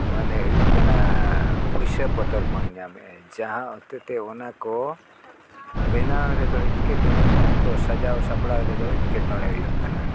ᱢᱟᱱᱮ ᱦᱩᱭᱩᱜ ᱠᱟᱱᱟ ᱯᱚᱭᱥᱟ ᱯᱚᱛᱚᱨ ᱵᱚᱱ ᱧᱟᱢᱮᱜᱼᱟ ᱡᱟᱦᱟᱸ ᱦᱚᱛᱮᱛᱮ ᱚᱱᱟ ᱠᱚ ᱵᱮᱱᱟᱣ ᱨᱮᱫᱚ ᱮᱸᱴᱠᱮᱴᱚᱬᱮ ᱡᱟᱦᱟᱸ ᱠᱚ ᱥᱟᱡᱟᱣ ᱥᱟᱯᱲᱟᱣ ᱨᱮᱫᱚ ᱮᱸᱴᱠᱮᱴᱚᱬᱮ ᱦᱩᱭᱩᱜ ᱠᱟᱱᱟ